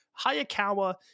hayakawa